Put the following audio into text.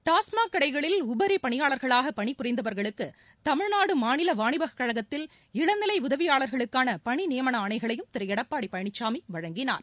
டாஸ்மாக் கடைகளில் உபரி பணியாளர்களாக பணிபுரிந்தவர்களுக்கு தமிழ்நாடு மாநில வாணிபக் கழகத்தில் இளநிலை உதவியாளர்களுக்கான பணி நியமன ஆணைகளையும் திரு எடப்பாடி பழனிசாமி வழங்கினார்